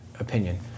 opinion